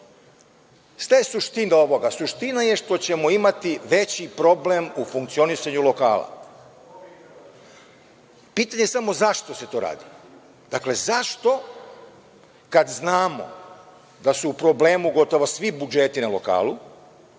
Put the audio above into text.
šta je suština ovoga? Suština je što ćemo imati veći problem u funkcionisanju lokala. Pitanje je samo zašto se to radi. Zašto kad znamo da su u problemu gotovo svi budžetu na lokalu,